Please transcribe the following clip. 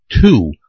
two